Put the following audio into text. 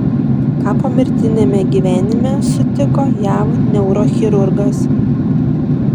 ką pomirtiniame gyvenime sutiko jav neurochirurgas